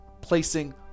placing